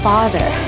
Father